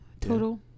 total